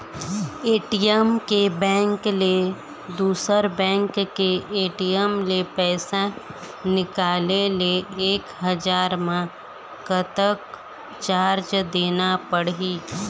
ATM के bank ले दुसर बैंक के ए.टी.एम ले पैसा निकाले ले एक हजार मा कतक चार्ज देना पड़ही?